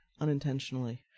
unintentionally